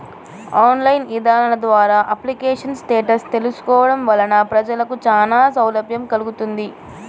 online ఇదానాల ద్వారా application status తెలుసుకోవడం వలన ప్రజలకు చానా సౌలభ్యం కల్గుతుంది